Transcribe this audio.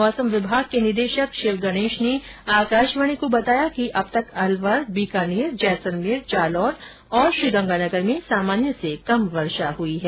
मौसम विभाग के निदेशक शिव गणेश ने आकाशवाणी को यह जानकारी देते हुए बताया कि अब तक अलवर बीकानेर जैसलमेर जालौर और श्रीगंगानगर में सामान्य से कम वर्षा हुई है